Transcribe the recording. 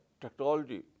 technology